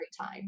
time